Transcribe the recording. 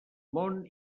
món